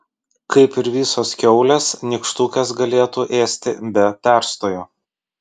kaip ir visos kiaulės nykštukės galėtų ėsti be perstojo